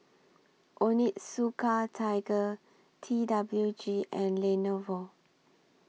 Onitsuka Tiger T W G and Lenovo